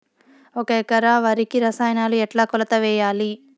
ఒక ఎకరా వరికి రసాయనాలు ఎట్లా కొలత వేయాలి?